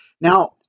Now